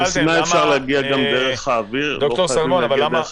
לסיני אפשר להגיע גם דרך האוויר ולא רק דרך היבשה.